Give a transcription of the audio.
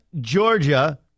Georgia